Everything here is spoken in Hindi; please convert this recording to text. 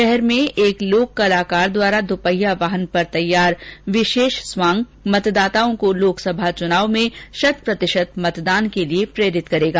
शहर में एक लोक कलाकार द्वारा दुपहिया वाहन पर तैयार विशेष स्वांग मतदाताओं को लोकसभा चुनाव में शत प्रतिशत मतदान के लिए प्रेरित करेगा